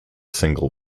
single